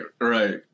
Right